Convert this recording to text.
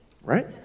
Right